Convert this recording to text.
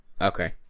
Okay